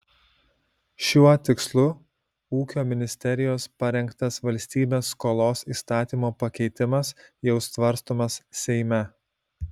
šiuo tikslu ūkio ministerijos parengtas valstybės skolos įstatymo pakeitimas jau svarstomas seime